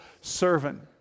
servant